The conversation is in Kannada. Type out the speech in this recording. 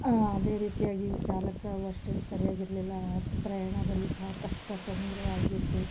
ಅದೇ ರೀತಿಯಾಗಿ ಚಾಲಕ ಅವ ಅಷ್ಟೇನು ಸರಿಯಾಗಿರಲಿಲ್ಲ ಪ್ರಯಾಣದಲ್ಲಿ ಭಾಳ ಕಷ್ಟ ತೊಂದರೆಯಾಗಿತ್ತು